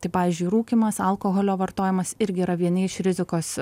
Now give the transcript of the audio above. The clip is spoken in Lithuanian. tai pavyzdžiui rūkymas alkoholio vartojimas irgi yra vieni iš rizikos